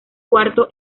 cuarto